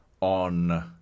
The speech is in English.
on